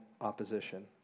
opposition